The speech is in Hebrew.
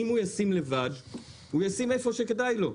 אם הוא ישים לבד הוא ישים איפה שכדאי לו,